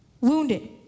Wounded